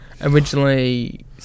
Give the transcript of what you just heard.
originally